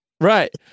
Right